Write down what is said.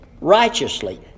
righteously